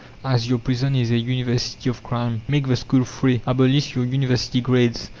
as your prison is a university of crime. make the school free, abolish your university grades,